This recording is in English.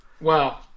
Wow